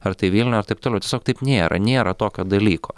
ar tai vilniuj ar taip toliau tiesiog taip nėra nėra tokio dalyko